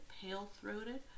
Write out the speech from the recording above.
pale-throated